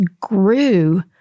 grew